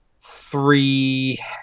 three